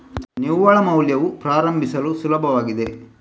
ನಿವ್ವಳ ಮೌಲ್ಯವು ಪ್ರಾರಂಭಿಸಲು ಸುಲಭವಾಗಿದೆ